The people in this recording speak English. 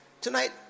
Tonight